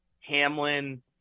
Hamlin